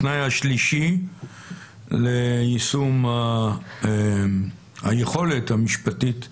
התנאי השלישי ליישום היכולת המשפטית להגבלה,